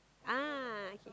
ah okay